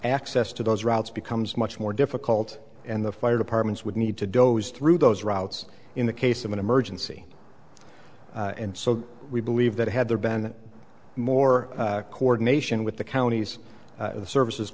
ccess to those routes becomes much more difficult and the fire departments would need to do those through those routes in the case of an emergency and so we believe that had there been more coordination with the counties the services